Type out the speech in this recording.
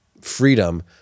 freedom